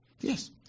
Yes